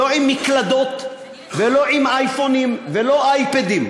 לא עם מקלדות ולא עם אייפונים ולא אייפדים.